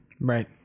Right